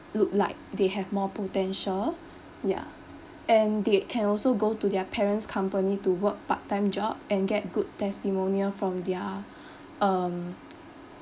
look like they have more potential ya and they can also go to their parent's company to work part time job and get good testimonial from their um